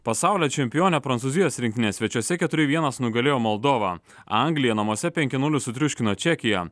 pasaulio čempionė prancūzijos rinktinė svečiuose keturi vienas nugalėjo moldovą anglija namuose penki nulis sutriuškino čekiją